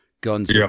Guns